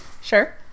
Sure